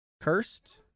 cursed